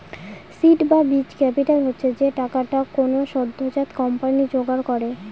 seed বা বীজ capital হচ্ছে যে টাকাটা কোনো সদ্যোজাত কোম্পানি জোগাড় করে